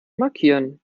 markieren